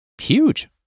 huge